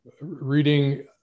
reading